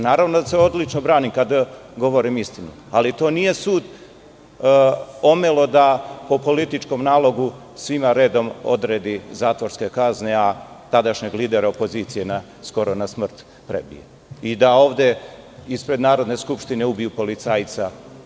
Naravno da se odlično branim kada govorim istinu, ali to nije omelo sud da po političkom nalogu svima redom odredi zatvorske kazne, a tadašnjeg lidera opozicije skoro na smrt prebili i da ovde ispred Narodne skupštine ubiju policajca.